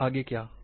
अब आगे क्या है